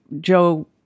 Joe